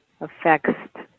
affects